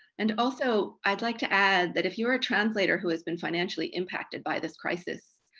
and also i'd like to add, that if you are a translator who has been financially impacted by this crisis,